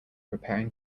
preparing